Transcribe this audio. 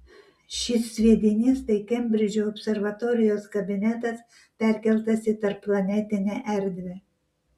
šis sviedinys tai kembridžo observatorijos kabinetas perkeltas į tarpplanetinę erdvę